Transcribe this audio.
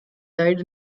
died